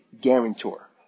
guarantor